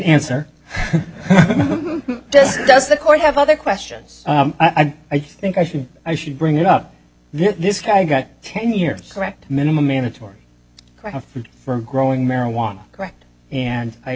answer does the court have other questions and i think i think i should bring it up this guy got ten years correct minimum mandatory for growing marijuana correct and i